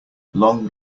long